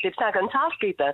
kaip sakant sąskaita